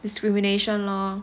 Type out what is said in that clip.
discrimination lor